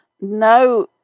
no